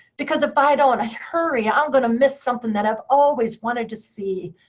because if i don't hurry, i'm going to miss something that i've always wanted to see.